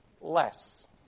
less